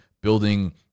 building